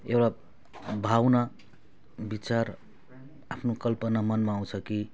एउटा भावना विचार आफ्नो कल्पना मनमा आउँछ कि